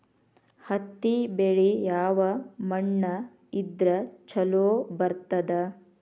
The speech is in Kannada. ಹತ್ತಿ ಬೆಳಿ ಯಾವ ಮಣ್ಣ ಇದ್ರ ಛಲೋ ಬರ್ತದ?